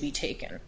be taken or